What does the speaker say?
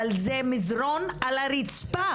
אבל זה מזרון על הרצפה,